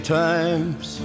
times